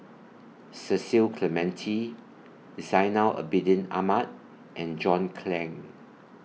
Cecil Clementi Zainal Abidin Ahmad and John Clang